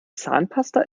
zahnpasta